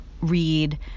read